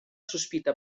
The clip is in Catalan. sospita